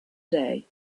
day